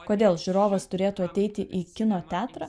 kodėl žiūrovas turėtų ateiti į kino teatrą